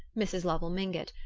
mrs. lovell mingott,